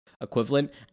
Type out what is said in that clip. equivalent